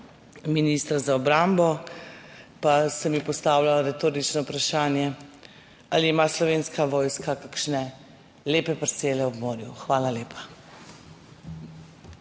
ministra za obrambo, pa se mi postavlja retorično vprašanje. Ali ima Slovenska vojska kakšne lepe parcele ob morju? Hvala lepa.